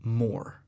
more